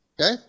Okay